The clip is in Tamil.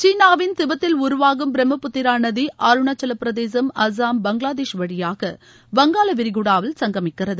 சீனாவின் தீபெத்தில் உருவாகும் பிரம்மபுத்திரா நதி அருணாச்சலப்பிரதேசம் அஸ்ஸாம் பங்களாதேஷ் வழியாக வங்காளவிரிகுடாவில் சங்கமிக்கிறது